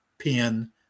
pen